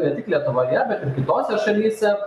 ne tik lietuvoje bet ir kitose šalyse